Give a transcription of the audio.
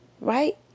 right